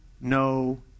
no